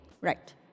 right